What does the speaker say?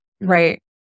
Right